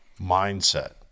mindset